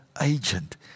agent